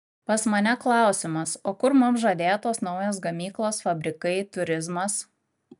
pas mane klausimas o kur mums žadėtos naujos gamyklos fabrikai turizmas